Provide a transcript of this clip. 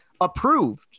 approved